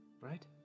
Right